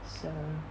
so